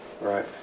Right